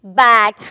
back